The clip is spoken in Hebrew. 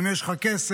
אם יש לך כסף,